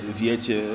wiecie